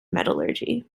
metallurgy